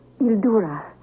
Ildura